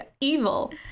evil